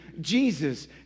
Jesus